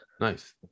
nice